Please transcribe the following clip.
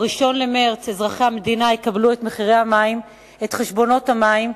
ב-1 במרס אזרחי המדינה יקבלו את חשבונות המים,